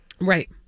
Right